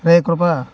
రేయ్ కృపా